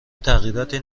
تغییراتی